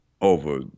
over